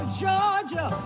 georgia